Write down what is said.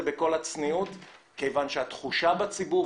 כיוון שהתחושה בציבור,